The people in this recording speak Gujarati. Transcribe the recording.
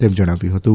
તેમ જણાવ્યું હતું